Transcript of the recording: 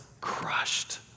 crushed